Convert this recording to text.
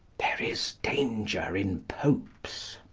there is danger in popes.